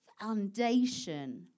foundation